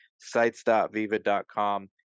Sites.viva.com